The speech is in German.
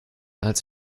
als